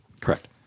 Correct